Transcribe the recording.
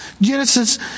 Genesis